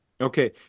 Okay